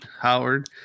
Howard